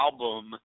album